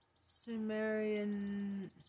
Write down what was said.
Sumerian